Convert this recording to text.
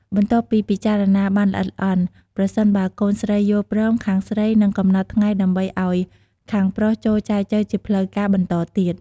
បន្ទាប់ពីពិចារណាបានល្អិតល្អន់ ប្រសិនបើកូនស្រីយល់ព្រម ខាងស្រីនឹងកំណត់ថ្ងៃដើម្បីឲ្យខាងប្រុសចូលចែចូវជាផ្លូវការបន្តទៀត។